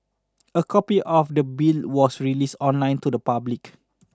a copy of the bill was released online to the public